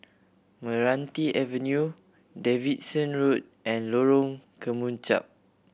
Meranti Avenue Davidson Road and Lorong Kemunchup